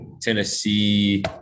Tennessee